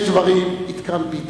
יש דברים, it can`t be done.